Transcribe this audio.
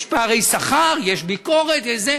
יש פערי שכר, יש ביקורת, יש,